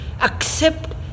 accept